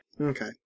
Okay